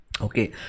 okay